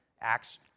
Acts